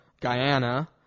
Guyana –